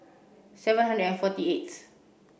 seven hundred and forty eighth